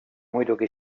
muidugi